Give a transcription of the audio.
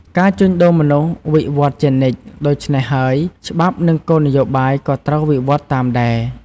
ការជួញដូរមនុស្សវិវត្តន៍ជានិច្ច ដូច្នេះហើយច្បាប់ និងគោលនយោបាយក៏ត្រូវវិវត្តន៍តាមដែរ។